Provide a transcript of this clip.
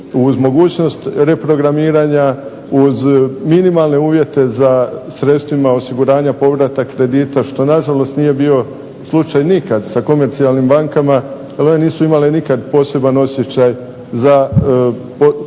uz mogućnost reprogramiranja, uz minimalne uvjete za sredstvima osiguranja povrata kredita, što na žalost nije bio slučaj nikad sa komercijalnim bankama, ali one nisu imale nikad poseban osjećaj za područja